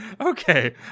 Okay